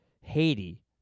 Haiti